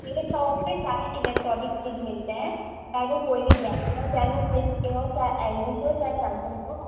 मेरे सॉप पर सारे इलेक्ट्रॉनिक चीज़े मिलते हैं चाहे वो कोई भी ब्रैंड का हो चाहे वो फिलिप्स के हों चाहे एल जी के हों चाहे सैमसंग के हो